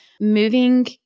moving